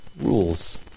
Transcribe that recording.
rules